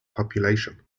population